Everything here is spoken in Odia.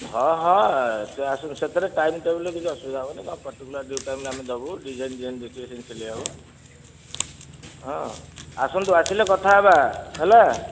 ହଁ ହଁ ସେ ଆସନ୍ତୁ ସେଥିରେ ଟାଇମ୍ ଟେବଲ୍ରେ କିଛି ଅସୁବିଧା ହେବନି ପାର୍ଟିକୁଲାର ଡ଼ିଉ ଟାଇମ୍ରେ ଆମେ ଦେବୁ ଡିଜାଇନ ଯେମିତି ଦେଖିବେ ସେମିତି ସିଲାଇ ହେବ ହଁ ଆସନ୍ତୁ ଆସିଲେ କଥା ହେବା ହେଲା